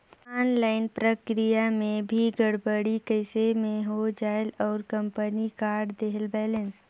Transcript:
Online प्रक्रिया मे भी गड़बड़ी कइसे मे हो जायेल और कंपनी काट देहेल बैलेंस?